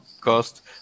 cost